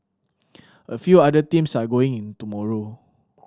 a few other teams are going in tomorrow